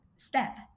Step